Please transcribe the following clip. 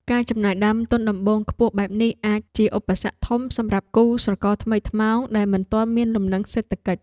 ការចំណាយដើមទុនដំបូងខ្ពស់បែបនេះអាចជាឧបសគ្គធំសម្រាប់គូស្រករថ្មីថ្មោងដែលមិនទាន់មានលំនឹងសេដ្ឋកិច្ច។